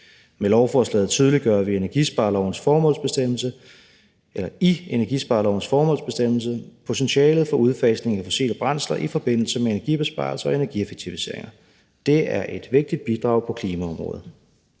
Med lovforslaget tydeliggør vi i energisparelovens formålsbestemmelse potentialet for udfasningen af fossile brændsler i forbindelse med energibesparelser og energieffektiviseringer. Det er et vigtigt bidrag på klimaområdet.